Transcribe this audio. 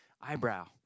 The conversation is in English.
eyebrow